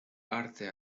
arte